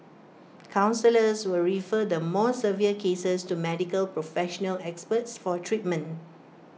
counsellors will refer the more severe cases to Medical professional experts for treatment